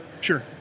Sure